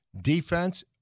defense